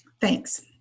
Thanks